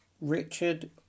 Richard